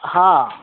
ହଁ